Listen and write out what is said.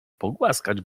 pogłaskać